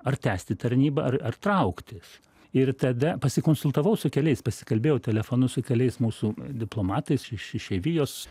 ar tęsti tarnybą ar ar trauktis ir tada pasikonsultavau su keliais pasikalbėjau telefonu su keliais mūsų diplomatais iš išeivijos